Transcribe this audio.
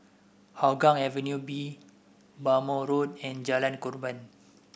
Hougang Avenue B Bhamo Road and Jalan Korban